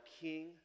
king